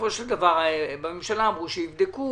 ובסופו של דבר, בממשלה אמרו שיבדקו.